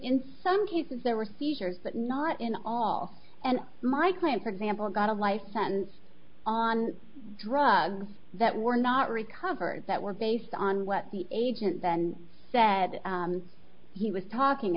in some cases there were seizures but not in all and my client for example got a life sentence on drugs that were not recovered that were based on what the agent then said he was talking